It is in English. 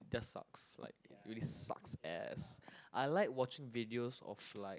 just sucks like really sucks as I like watching videos of like